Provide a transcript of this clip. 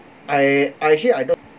I I actually I don't